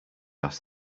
asked